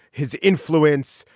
his influence,